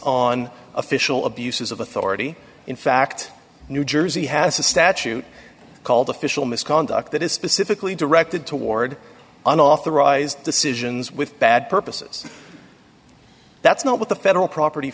on official abuses of authority in fact new jersey has a statute called official misconduct that is specifically directed toward unauthorized decisions with bad purposes that's not what the federal property